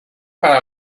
para